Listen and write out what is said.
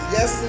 Yes